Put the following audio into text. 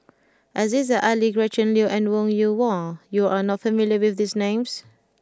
Aziza Ali Gretchen Liu and Wong Yoon Wah you are not familiar with these names